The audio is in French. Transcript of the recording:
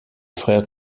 frère